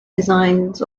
designs